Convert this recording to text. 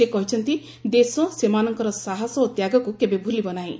ସେ କହିଛନ୍ତି ଦେଶ ସେମାନଙ୍କର ସାହସ ଓ ତ୍ୟାଗକୁ କେବେ ଭୁଲିବ ନାହିଁ